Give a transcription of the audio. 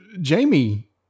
Jamie